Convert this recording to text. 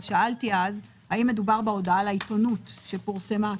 שאלתי אז האם מדובר בהודעה לעיתונות שפורסמה.